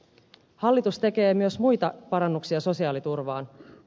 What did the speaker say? hallitus tekee myös muita parannuksia sosiaaliturvaan